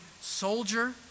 soldier